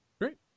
Great